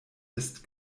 ist